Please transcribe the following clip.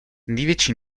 největší